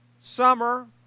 summer